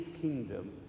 kingdom